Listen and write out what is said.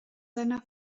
seiner